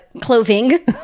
Clothing